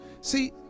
See